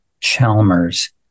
Chalmers